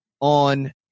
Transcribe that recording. on